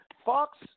Fox